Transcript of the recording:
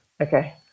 Okay